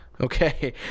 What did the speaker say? Okay